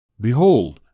Behold